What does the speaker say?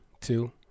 two